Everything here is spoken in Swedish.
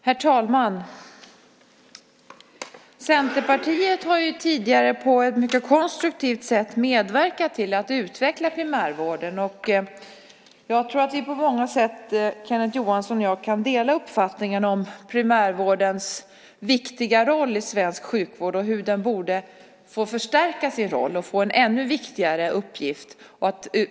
Herr talman! Centerpartiet har tidigare på ett mycket konstruktivt sätt medverkat till att utveckla primärvården. Jag tror att Kenneth Johansson och jag på många sätt kan dela uppfattningen om primärvårdens viktiga roll i svensk sjukvård och hur den borde få förstärka sin roll och få en ännu viktigare uppgift.